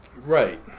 Right